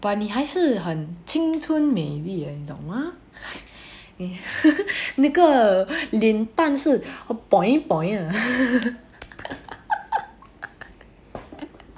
but 你还是很青春美丽 eh 你懂吗 那个脸蛋是 的